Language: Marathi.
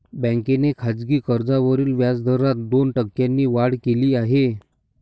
बँकेने खासगी कर्जावरील व्याजदरात दोन टक्क्यांनी वाढ केली आहे